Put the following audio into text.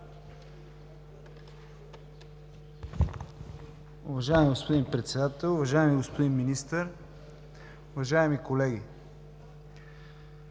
Уважаеми господин Председател, уважаеми господин Министър, уважаеми колеги!